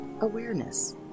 awareness